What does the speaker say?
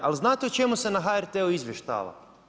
Ali, znate o čemu se na HRT-u izvještava?